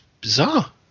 bizarre